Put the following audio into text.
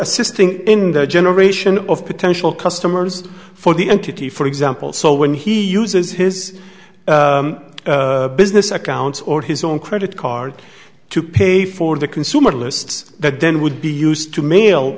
assisting in the generation of potential customers for the entity for example so when he uses his business account or his own credit card to pay for the consumer lists that then would be used to mail